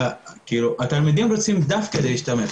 התלמידים רוצים דווקא להשתמש.